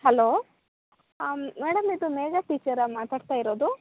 hello madam ಇದು ಮೇಘ ಟೀಚರಾ ಮಾತಾಡ್ತಾ ಇರೋದು